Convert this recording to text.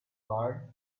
barred